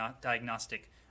diagnostic